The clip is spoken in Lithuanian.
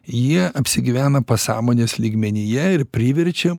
jie apsigyvena pasąmonės lygmenyje ir priverčia